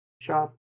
shop